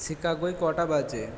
শিকাগোয় কটা বাজে